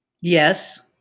Yes